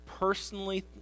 personally